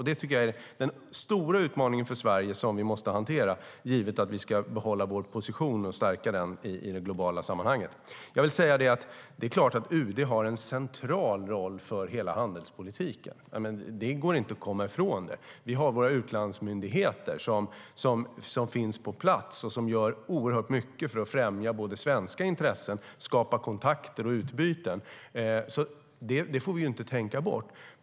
Detta tycker jag är den stora utmaningen för Sverige att hantera, givet att vi ska behålla och stärka vår position i det globala sammanhanget. Det är klart att UD har en central roll för hela handelspolitiken. Det går inte att komma ifrån. Vi har våra utlandsmyndigheter som finns på plats och gör oerhört mycket för att främja svenska intressen och skapa kontakter och utbyten. Det får vi inte tänka bort.